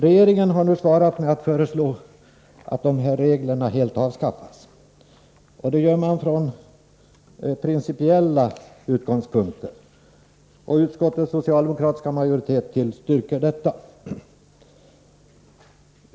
Regeringen har nu svarat med att föreslå att reglerna helt avskaffas, och det gör man från principiella utgångspunkter. Utskottets socialdemokratiska majoritet tillstyrker detta.